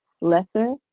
lesser